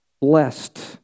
blessed